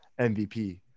MVP